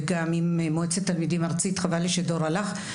וגם עם מועצת תלמידים ארצית חבל לי שדור הלך,